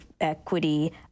equity